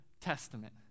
Testament